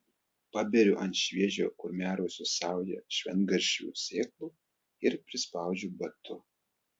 paberiu ant šviežio kurmiarausio saują šventagaršvių sėklų ir prispaudžiu batu